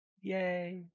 Yay